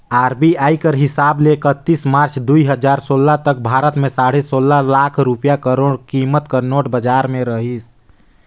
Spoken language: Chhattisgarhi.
आर.बी.आई कर हिसाब ले एकतीस मार्च दुई हजार सोला तक भारत में साढ़े सोला लाख करोड़ रूपिया कीमत कर नोट बजार में रहिस